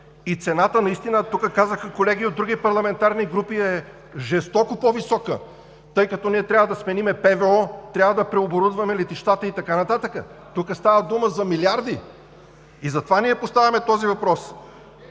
И цената наистина – тук казаха колеги от други парламентарни групи, е жестоко по-висока, тъй като ние трябва да сменим ПВО, трябва да преоборудваме летищата и така нататък. Тук става дума за милиарди! И затова ние поставяме този въпрос.